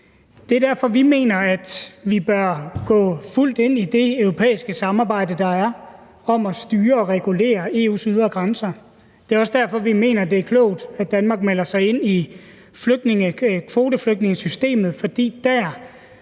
Det er derfor, vi mener, at man bør gå fuldt ind i det europæiske samarbejde, der er, om at styre og regulere EU's ydre grænser. Det er også derfor, vi mener det er klogt, at Danmark melder sig ind i kvoteflygtningesystemet, fordi dér